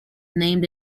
named